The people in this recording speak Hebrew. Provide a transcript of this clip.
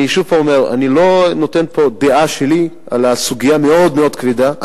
אני שוב אומר: אני לא נותן פה דעה שלי על הסוגיה המאוד מאוד כבדה.